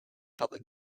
public